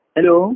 Hello